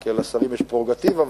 כי לשרים יש פררוגטיבה,